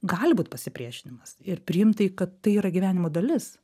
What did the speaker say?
gali būt pasipriešinimas ir priimt tai kad tai yra gyvenimo dalis